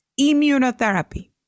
Immunotherapy